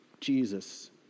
Jesus